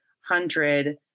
hundred